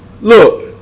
Look